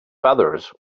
feathers